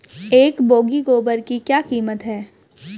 एक बोगी गोबर की क्या कीमत है?